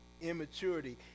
immaturity